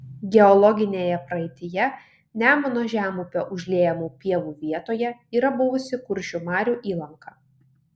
geologinėje praeityje nemuno žemupio užliejamų pievų vietoje yra buvusi kuršių marių įlanka